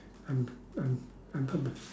I'm I'm I'm